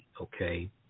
okay